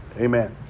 Amen